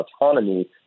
autonomy